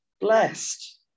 blessed